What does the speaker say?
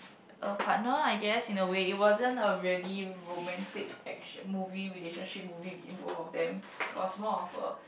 a partner I guess in a way it wasn't a really romantic action movie relationship movie between both of them it was more of a